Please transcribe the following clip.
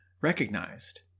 recognized